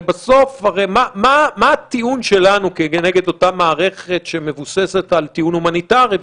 מה הטיעון שלנו כנגד אותה מערכת שמבוססת על טיעון הומניטרי?